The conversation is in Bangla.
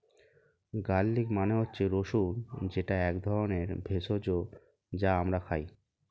গার্লিক মানে হচ্ছে রসুন যেটা এক ধরনের ভেষজ যা আমরা খাই